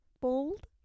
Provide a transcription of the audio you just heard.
bold